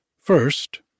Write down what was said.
First